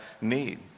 need